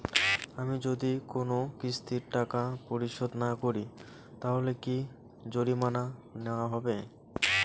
আমি যদি কোন কিস্তির টাকা পরিশোধ না করি তাহলে কি জরিমানা নেওয়া হবে?